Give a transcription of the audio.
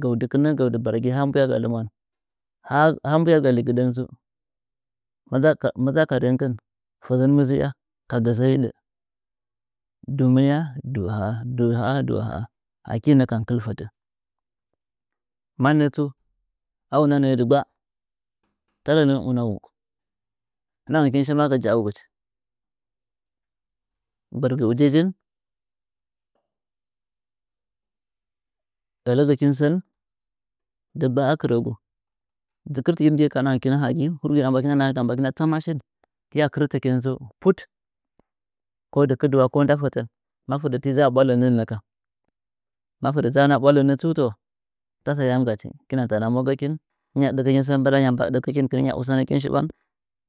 gɚu dɨkɨnɚ gɚu dɨbargi ha mbu’yaga lɨmon ha mbuyaga ligɨɗɚn madza ka madza ka renkɨn fɚzɚn mɨ zɨya ka gɚ sɚɚ hɨɗɚ du mɨnɨa da a haa du a haa du ahaa aki nɚkam kɨk fɚtɚ mannɚ tsu a una nɚ’ɚ dɨggbata lɚnɚung una’u ndt’ɗa ngɚ kin shima gafɚ jaugachi gbɚrgɨ ujijih ɚlɚgɨkɨn sɚn dɨggba a kɨrɚgu dzɨ kɨrttkin gtye ka ndɨɗa hagɨkuru a mbaktu naha tsama shin hɨya kɨrtɨkɨn tsu put ko dɨkɨdɨwa ko nda fetɚn nɚka ma fɚdɚ dzanɚ a ɓwa lɚnɚ tsu to tasɚ aya gachi kɨna nza nda mogɚki hɨya dɨrɚ sɚ mbɨrakin usanɚkɨn shiɓwan.